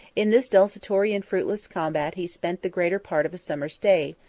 in this desultory and fruitless combat he spent the greater part of a summer's day,